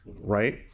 right